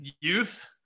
youth